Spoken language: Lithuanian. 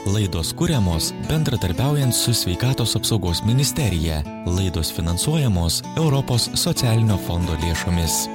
laidos kuriamos bendradarbiaujant su sveikatos apsaugos ministerija laidos finansuojamos europos socialinio fondo lėšomis